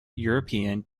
european